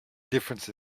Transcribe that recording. difference